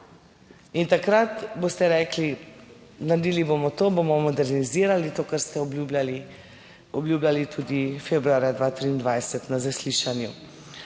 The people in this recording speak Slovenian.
In takrat boste rekli, naredili bomo to, bomo modernizirali to, kar ste obljubljali, obljubljali tudi februarja 2023 na zaslišanju.